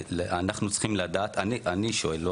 אנחנו צריכים לדעת אני שואל,